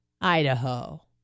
Idaho